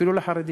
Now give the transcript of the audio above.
אפילו לחרדים.